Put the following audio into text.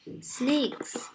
snakes